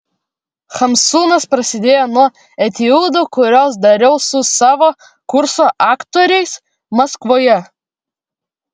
hamsunas prasidėjo nuo etiudų kuriuos dariau su savo kurso aktoriais maskvoje